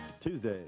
Tuesday